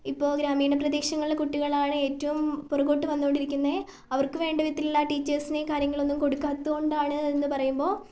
ഇപ്പോൾ ഗ്രാമീണ പ്രദേശങ്ങളിലെ കുട്ടികളാണ് ഏറ്റവും പുറകോട്ട് വന്നുകൊണ്ടിരിക്കുന്നത് അവർക്ക് വേണ്ട വിധത്തിലുള്ള ടീച്ചേഴ്സിനെയും കാര്യങ്ങളും ഒന്നും കൊടുക്കാത്തതുകൊണ്ടാണ് എന്നു പറയുമ്പോൾ